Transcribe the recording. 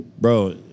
Bro